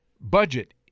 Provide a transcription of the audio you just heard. Budget